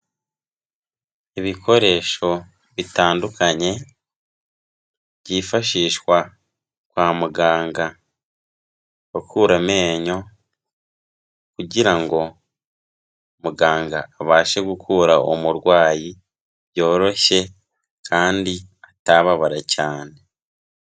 Ibikoresho bitandukanye byifashishwa kwa muganga ukura amenyo, kugirango muganga abashe gukura uwo umurwayi yoroshye kandi atababara cyane.